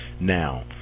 Now